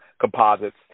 composites